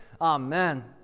Amen